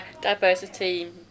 diversity